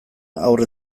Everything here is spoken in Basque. haur